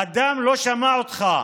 אדם לא שמע אותך,